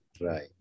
Right